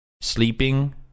sleeping